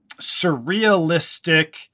surrealistic